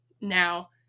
now